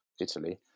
Italy